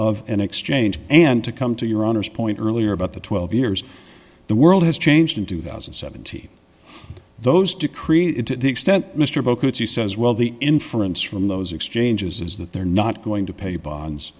of an exchange and to come to your honor's point earlier about the twelve years the world has changed in two thousand and seventy those decree to the extent mr bowker if he says well the inference from those exchanges is that they're not going to pay bonds